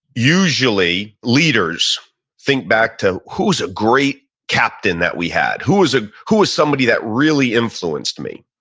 usually leaders think back to, who was a great captain that we had? who was ah who was somebody that really influenced me?